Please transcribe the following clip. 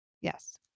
Yes